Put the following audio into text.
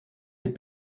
les